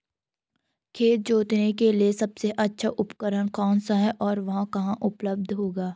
खेत जोतने के लिए सबसे अच्छा उपकरण कौन सा है और वह कहाँ उपलब्ध होगा?